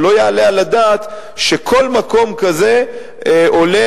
ולא יעלה על הדעת שכל מקום כזה עולה,